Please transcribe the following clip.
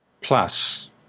Plus